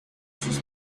sus